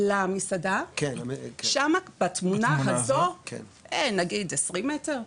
נגיד 20 מטר.